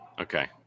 Okay